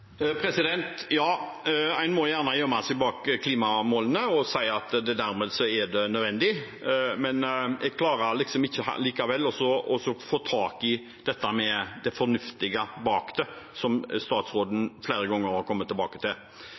Ja, en må gjerne gjemme seg bak klimamålene og si at dermed er det nødvendig, men allikevel klarer jeg liksom ikke å få tak i dette med det fornuftige bak det, som statsråden flere ganger har kommet tilbake til.